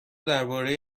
درباره